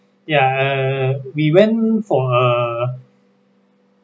ya we went for a